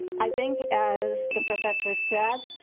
i think as the professor said,